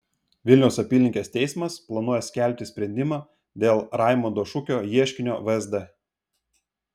vilniaus apylinkės teismas planuoja skelbti sprendimą dėl raimondo šukio ieškinio vsd